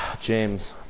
James